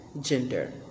gender